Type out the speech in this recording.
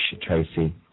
Tracy